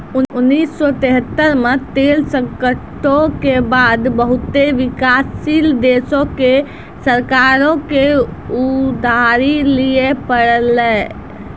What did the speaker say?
उन्नीस सौ तेहत्तर मे तेल संकटो के बाद बहुते विकासशील देशो के सरकारो के उधारी लिये पड़लै